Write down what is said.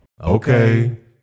Okay